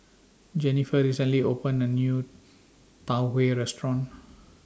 Jenniffer recently opened A New Tau Restaurant